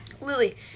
Lily